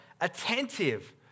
attentive